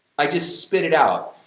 i just spit it out!